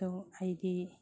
ꯑꯗꯨ ꯑꯩꯗꯤ